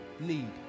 need